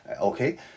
okay